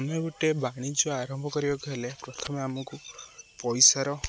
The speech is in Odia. ଆମେ ଗୋଟେ ବାଣିଜ୍ୟ ଆରମ୍ଭ କରିବାକୁ ହେଲେ ପ୍ରଥମେ ଆମକୁ ପଇସାର